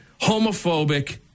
homophobic